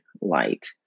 light